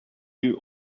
you